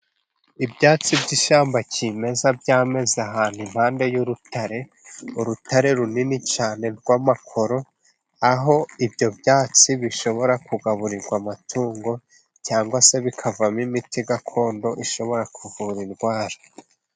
Ibyatsi by'ishyamba cyimeza byameza ahantu impande y'urutare, urutare runini cyane rw'amakoro. Aho ibyo byatsi bishobora kugaburirwa amatungo cyangwa se bikavamo imiti gakondo ishobora kuvura indwara.